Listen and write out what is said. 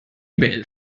mail